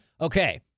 Okay